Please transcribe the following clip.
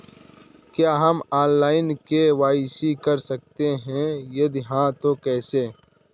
क्या हम online KYC कर सकते हैं यदि हाँ तो कैसे?